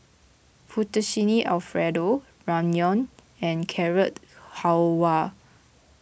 Fettuccine Alfredo Ramyeon and Carrot Halwa